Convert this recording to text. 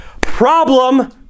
problem